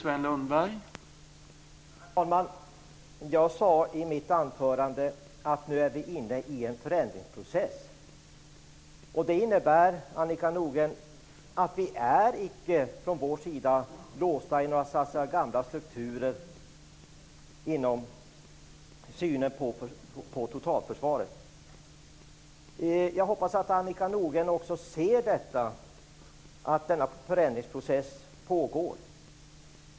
Herr talman! Jag sade i mitt anförande att vi nu är inne i en förändringsprocess. Det innebär, Annika Nordgren, att vi från vår sida inte är låsta i några gamla strukturer när det gäller synen på totalförsvaret. Jag hoppas att Annika Nordgren också ser att denna förändringsprocess pågår.